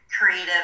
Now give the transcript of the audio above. creative